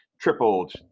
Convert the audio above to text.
tripled